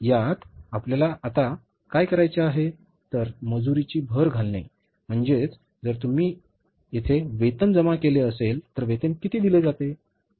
यात आपल्याला आता काय करायचे आहे तर मजुरीची भर घालणे म्हणजे जर तुम्ही येथे वेतन जमा केले असेल तर वेतन किती दिली जाते